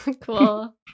Cool